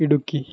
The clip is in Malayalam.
ഇടുക്കി